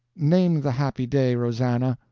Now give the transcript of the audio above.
name the happy day, rosannah!